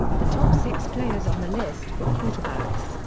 the top six players on the list were quarterbacks,